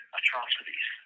atrocities